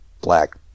black